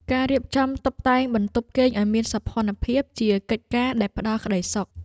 ការរៀបចំតុបតែងបន្ទប់គេងឱ្យមានសោភ័ណភាព ជាកិច្ចការដែលផ្តល់ក្តីសុខ។